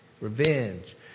Revenge